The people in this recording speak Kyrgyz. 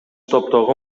топтогу